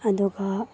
ꯑꯗꯨꯒ